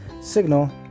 Signal